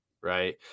Right